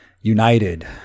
united